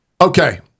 Okay